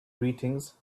greetings